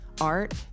art